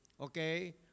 okay